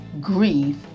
grieve